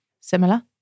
similar